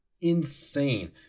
insane